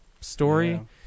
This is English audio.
story